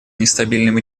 нестабильным